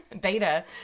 beta